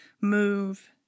move